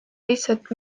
lihtsalt